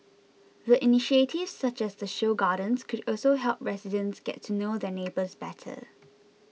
the initiatives such as the show gardens could also help residents get to know their neighbours better